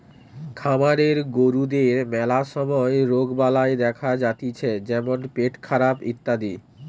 খামারের গরুদের ম্যালা সময় রোগবালাই দেখা যাতিছে যেমন পেটখারাপ ইত্যাদি